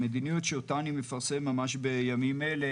המדיניות שאותה אני מפרסם ממש בימים אלה